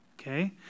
okay